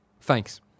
Thanks